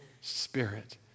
spirit